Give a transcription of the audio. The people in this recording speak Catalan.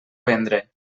vendre